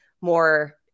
more